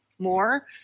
more